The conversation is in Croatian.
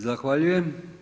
Zahvaljujem.